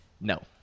No